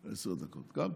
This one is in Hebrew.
עשר דקות, גם טוב.